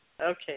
Okay